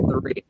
three